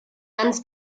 ganz